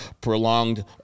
prolonged